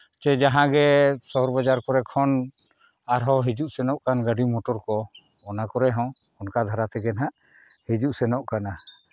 ᱥᱮ ᱡᱟᱦᱟᱸᱜᱮ ᱥᱚᱦᱚᱨ ᱵᱟᱡᱟᱨ ᱠᱚᱨᱮ ᱠᱷᱚᱱ ᱟᱨᱦᱚᱸ ᱦᱤᱡᱩᱜ ᱥᱮᱱᱚᱜ ᱠᱟᱱ ᱜᱟᱹᱰᱤ ᱢᱚᱴᱚᱨ ᱠᱚ ᱚᱱᱟ ᱠᱚᱨᱮ ᱦᱚᱸ ᱚᱱᱠᱟ ᱫᱷᱟᱨᱟ ᱛᱮᱜᱮ ᱦᱟᱸᱜ ᱦᱤᱡᱩᱜ ᱥᱮᱱᱚᱜ ᱠᱟᱱᱟ